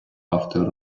автор